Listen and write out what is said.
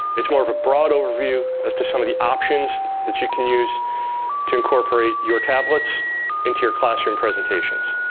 it's more of a broad overview as to some of the options that you can use to incorporate your tablets into your classroom presentations.